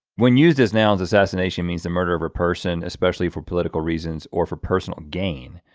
when used as nouns assassination means the murder of a person especially for political reasons or for personal gain.